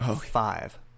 five